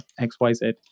XYZ